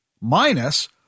minus